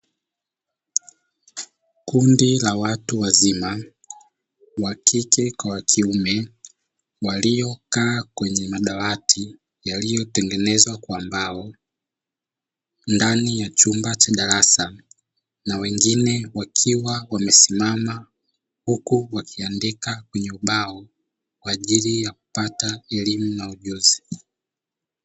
Kundi la watu wazima wa kike kwa wa kiume waliokaa kwenye madawati yaliyotengenezwa kwa mbao ndani ya chumba cha darasa na wengine wakiwa wamesimama, huku wakiandika kwenye ubao kwa ajili ya kupata elimu na ujuzi.